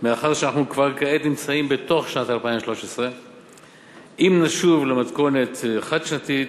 מאחר שאנחנו כבר כעת נמצאים בתוך שנת 2013. אם נשוב למתכונת חד-שנתית,